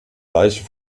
leiche